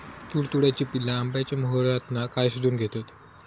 तुडतुड्याची पिल्ला आंब्याच्या मोहरातना काय शोशून घेतत?